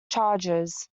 charges